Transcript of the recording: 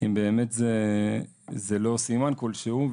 חזרתי ושאלתי את עצמי אם באמת זה לא סימן כלשהו,